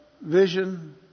vision